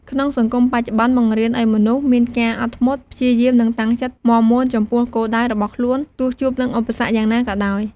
ក្នុងសង្គមបច្ចុប្បន្ន បង្រៀនឱ្យមនុស្សមានការអត់ធ្មត់ ព្យាយាម និងតាំងចិត្តមាំមួនចំពោះគោលដៅរបស់ខ្លួន ទោះជួបនឹងឧបសគ្គយ៉ាងណាក៏ដោយ។